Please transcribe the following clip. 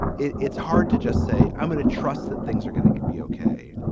it's hard to just say i'm going to trust that things are gonna be ok.